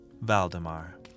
Valdemar